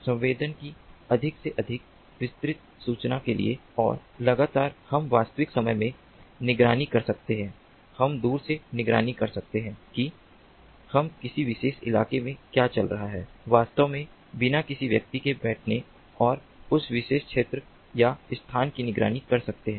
संवेदन के अधिक से अधिक विस्तृत सूचना के लिए और लगातार हम वास्तविक समय में निगरानी कर सकते हैं हम दूर से निगरानी कर सकते हैं कि हम किसी विशेष इलाके में क्या चल रहा है वास्तव में बिना किसी व्यक्ति के बैठने और उस विशेष क्षेत्र या स्थान की निगरानी कर सकते हैं